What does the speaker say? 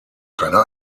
keiner